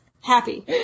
Happy